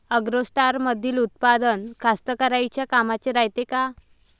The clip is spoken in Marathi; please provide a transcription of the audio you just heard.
ॲग्रोस्टारमंदील उत्पादन कास्तकाराइच्या कामाचे रायते का?